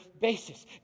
basis